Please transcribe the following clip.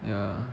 ya